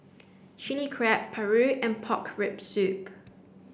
chilli crab paru and pork rib soup